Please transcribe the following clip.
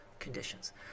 conditions